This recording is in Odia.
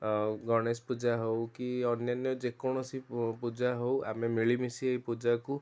ଆଉ ଗଣେଶ ପୂଜା ହଉ କି ଅନ୍ୟାନ୍ୟ ଯେକୌଣସି ପୂ ପୂଜା ହଉ ଆମେ ମିଳିମିଶି ଏଇ ପୂଜା କୁ